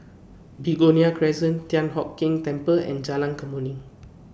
Begonia Crescent Thian Hock Keng Temple and Jalan Kemuning